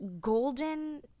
golden